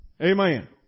Amen